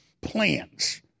plans